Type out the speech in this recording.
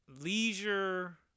leisure